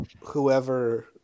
whoever